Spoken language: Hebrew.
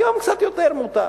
היום קצת יותר מותר.